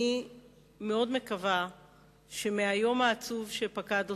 אני מאוד מקווה שמהיום העצוב שפקד אותנו,